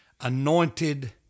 anointed